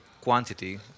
quantity